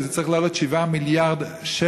כי זה צריך לעלות 7 מיליארד שקל,